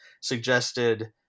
suggested